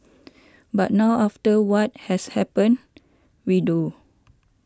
but now after what has happened we do